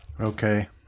Okay